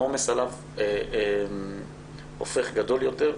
העומס עליו הופך גדול יותר.